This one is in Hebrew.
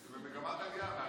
זה במגמת עלייה,